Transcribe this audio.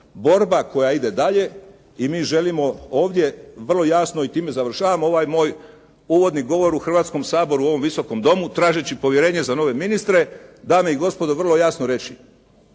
borba koja ide dalje. I mi želimo ovdje vrelo jasno i time završavam ovaj moj uvodni govor u Hrvatskom saboru u ovom Visokom domu tražeći povjerenje za nove ministre, dame i gospodo vrlo jasno reći: